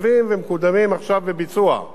במסגרת תוכנית "נתיבי ישראל",